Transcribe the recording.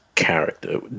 character